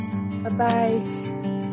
bye-bye